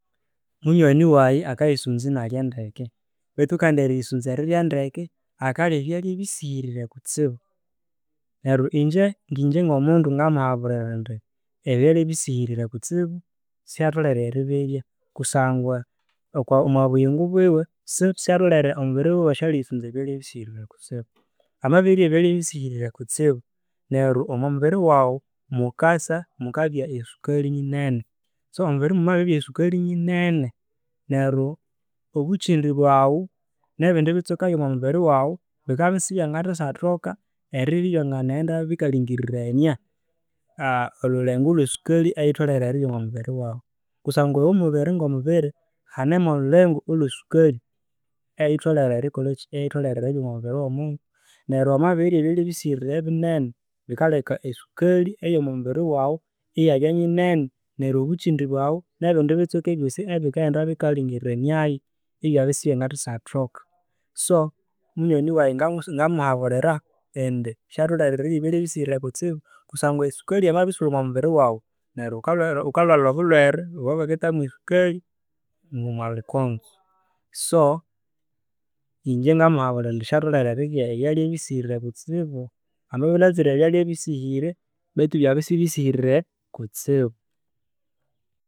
Munywani wayi akayisunza inialya ndeke beithu kandi eriyisunza erirya ndeke, akalhya ebyalha ebisihirire kutsibu. Neryo ingye ngingye ngo' mundu, ngamuhabulira indi ebyalhya ebisihire kutsibu syatholere eribirya kusangwa okwa omwa buying buwe, syatholhere omubiri wuwe syatholher ebyalhya ebisihire kutsibu. Amabirirya ebyalhya eibisihirire kutsibu neryo omwa mubiri waghu mukasa mukaby esukalhi nyinene. So neryo omwamubirir mwamabiribya esukalhi nyinene, omwa bukindi bwaghu nebindi bitsweak bya'mubiri waghu bikabya isbyangathasythoka eribya ibyangnaghenda bikalingirirania olululengo olwa sukali eyitholhere eribya omwa mubiri waghu kusangwa iwo omubiri ngo mubiri hane mwo lulengo olwa sukali eyitholere erikolhaki eribya omwa mubiri waghu. Neryo wamabirirya esukli nyinene nery obuchindi bwaghu nebindi bitweaka byosi ebikaghenda bikalingiriraniayo ibyabya isibyangathasyathoka. So munywani wayi ngamuhabulira indi syatholer erirya ebylhya ebisihire kutsibukusangwa esukalhi yamabirisulha omwa mubiri waghu, ghukalwalha obulhwere obwabakitha mwa sukali omwa lhukonzo so, ingye ngamuhabulha indi syatholerer erirya ebyalhya ebisihirirer kutsibu. Amabya inianzire ebyalhya ebisishire beithu ibyabya isibisihire kutsibi.